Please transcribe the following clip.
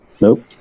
Nope